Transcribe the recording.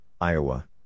Iowa